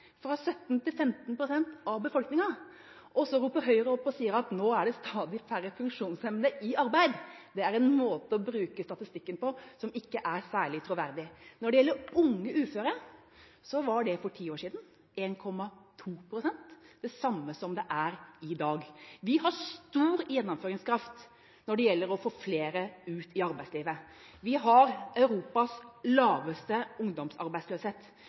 fra 17 pst. til 15 pst. av befolkningen. Så roper Høyre at det nå er stadig færre funksjonshemmede i arbeid. Det er en måte å bruke statistikken på som ikke er særlig troverdig. Unge uføre var for ti år siden 1,2 pst. – det samme som det er i dag. Vi har stor gjennomføringskraft for å få flere ut i arbeidslivet. Vi har Europas laveste ungdomsarbeidsløshet.